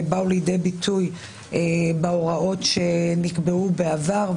ובאו לידי ביטוי בהוראות שנקבעו בעבר,